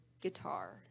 guitar